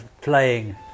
playing